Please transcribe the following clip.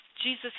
Jesus